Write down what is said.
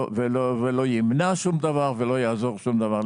לא ימנע שום דבר ולא יעזור בשום דבר,